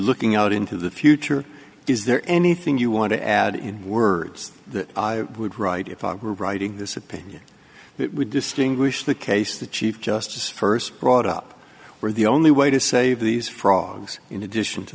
looking out into the future is there anything you want to add in words that i would write if i were writing this opinion it would distinguish the case the chief justice first brought up where the only way to save these frogs in addition to